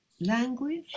language